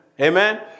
Amen